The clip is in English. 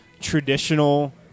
traditional